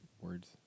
words